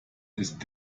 ist